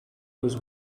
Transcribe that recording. was